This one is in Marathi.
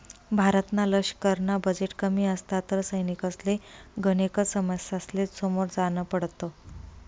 भारतना लशकरना बजेट कमी असता तर सैनिकसले गनेकच समस्यासले समोर जान पडत